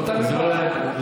הכול תלוי בך.